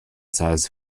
says